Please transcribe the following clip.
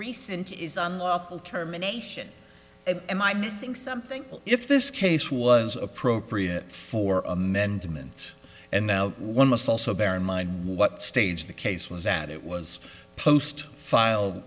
recent is unlawful termination am i missing something if this case was appropriate for amendment and now one must also bear in mind what stage the case was at it was post file